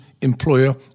employer